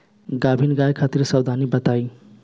गाभिन गाय खातिर सावधानी बताई?